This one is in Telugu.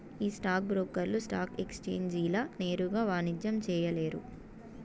ఈ స్టాక్ బ్రోకర్లు స్టాక్ ఎక్సేంజీల నేరుగా వాణిజ్యం చేయలేరు